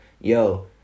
Yo